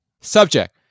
Subject